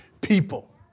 people